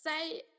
say